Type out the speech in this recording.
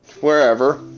wherever